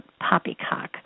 poppycock